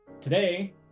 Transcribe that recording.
Today